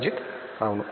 రంజిత్ అవును